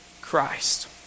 Christ